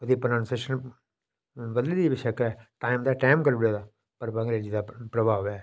ओह्दी परोनाउंसेशन बदली दी बशक्क ऐ टाइम दा टैम करी ओड़े दा पर अंग्रेजी दा प्रभाव ऐ